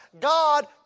God